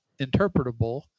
interpretable